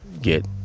get